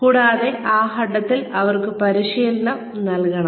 കൂടാതെ ആ ഘട്ടത്തിൽ അവർക്ക് പരിശീലനം നൽകണം